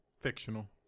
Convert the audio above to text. Fictional